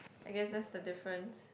I guess that's the difference